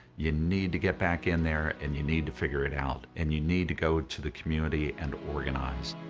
you need to get back in there and you need to figure it out and you need to go to the community and organize.